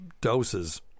doses